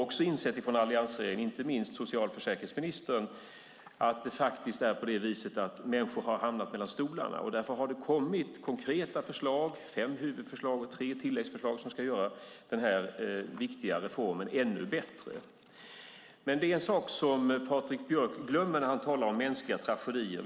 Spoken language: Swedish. Också vi och alliansregeringen, inte minst socialförsäkringsministern, har insett att människor har hamnat mellan stolarna. Därför har det kommit konkreta förslag - fem huvudförslag och tre tilläggsförslag - som ska göra denna viktiga reform ännu bättre. Men det finns en sak som Patrik Björck glömmer när han talar om mänskliga tragedier.